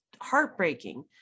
heartbreaking